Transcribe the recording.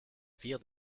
vier